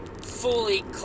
fully